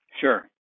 Sure